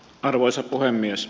arvoisa puhemies